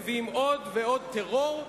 מביאים עוד ועוד טרור,